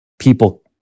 People